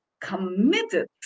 committed